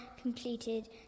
completed